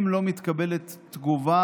אם לא מתקבלת תגובה